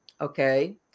okay